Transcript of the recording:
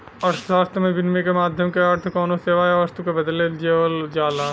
अर्थशास्त्र में, विनिमय क माध्यम क अर्थ कउनो सेवा या वस्तु के बदले देवल जाला